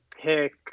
pick